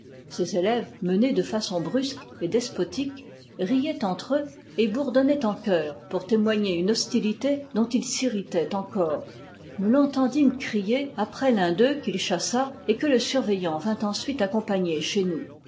ses élèves menés de façon brusque et despotique riaient entre eux et bourdonnaient en chœur pour témoigner une hostilité dont il s'irritait encore nous l'entendîmes crier après l'un d'eux qu'il chassa et que le surveillant vint ensuite accompagner chez nous